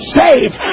saved